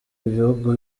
ibihugu